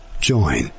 Join